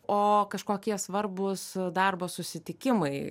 o kažkokie svarbūs darbo susitikimai